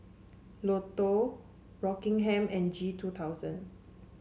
Lotto Rockingham and G two thousand